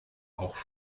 auch